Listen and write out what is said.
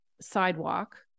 sidewalk